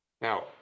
Now